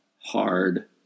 hard